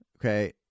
Okay